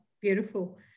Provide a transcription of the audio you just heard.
Beautiful